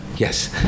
Yes